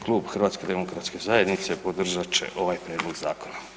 Klub HDZ-a podržat će ovaj prijedlog zakona.